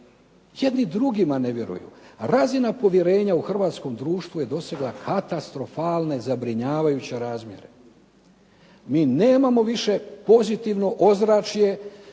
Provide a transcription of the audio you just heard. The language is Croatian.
Jedni drugima ne vjeruju. Razina povjerenja u hrvatskom društvu je dosegla katastrofalne zabrinjavajuće razmjere. Mi nemamo više pozitivno ozračje